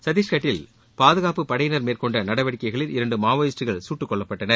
சத்தீஷ்கட்டில் பாதுகாப்புப்படையினர் மேற்கொண்ட நடவடிக்கைகளில் இரண்டு மாவோயிஸ்ட்டுகள் சுட்டுக்கொல்லப்பட்டனர்